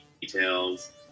details